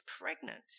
pregnant